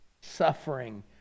suffering